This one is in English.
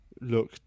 look